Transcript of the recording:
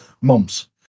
months